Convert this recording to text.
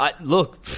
look